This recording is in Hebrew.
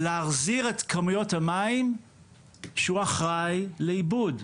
להחזיר את כמויות המים שהוא אחראי לאיבוד,